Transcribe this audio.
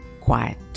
quiet